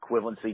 equivalency